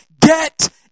get